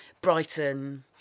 Brighton